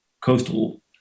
coastal